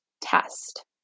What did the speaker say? test